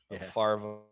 farva